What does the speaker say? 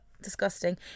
disgusting